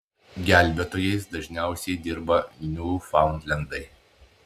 gelbėtojais dažniausiai dirba niūfaundlendai